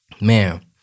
man